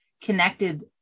connected